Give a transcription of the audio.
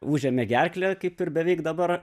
užėmė gerklę kaip ir beveik dabar